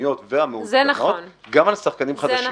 הצרכניות והמעודכנות גם על השחקנים החדשים.